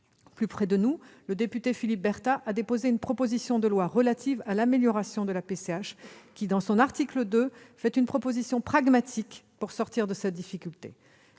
Plus près de nous, le député Philippe Berta a déposé une proposition de loi relative à l'amélioration de la PCH qui, dans son article 2, prévoit une solution pragmatique pour mettre fin à cette difficulté.